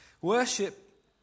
Worship